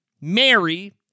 Mary